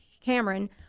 Cameron